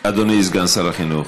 אדוני סגן שר החינוך,